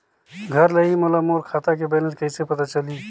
घर ले ही मोला मोर खाता के बैलेंस कइसे पता चलही?